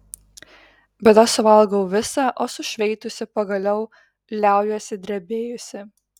bet aš suvalgau visą o sušveitusi pagaliau liaujuosi drebėjusi